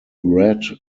red